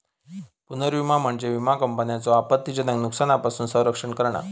पुनर्विमा म्हणजे विमा कंपन्यांचो आपत्तीजनक नुकसानापासून संरक्षण करणा